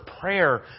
prayer